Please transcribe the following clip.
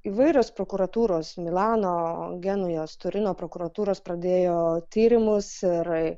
įvairios prokuratūros milano genujos turino prokuratūros pradėjo tyrimus ir